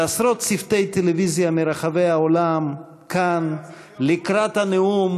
ועשרות צוותי טלוויזיה מרחבי העולם כאן לקראת הנאום,